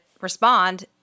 respond